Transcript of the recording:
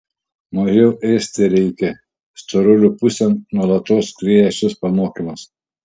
mažiau ėsti reikia storulių pusėn nuolatos skrieja šis pamokymas